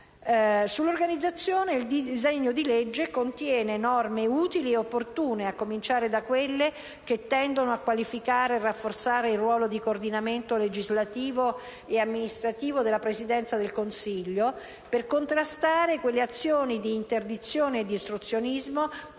Sull'organizzazione, il disegno di legge contiene norme utili ed opportune, a cominciare da quelle che tendono a qualificare e rafforzare il ruolo di coordinamento legislativo ed amministrativo della Presidenza del Consiglio, per contrastare le azioni di interdizione e di ostruzionismo